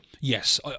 Yes